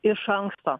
iš anksto